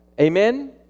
Amen